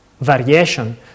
variation